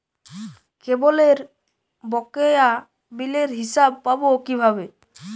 কেবলের বকেয়া বিলের হিসাব পাব কিভাবে?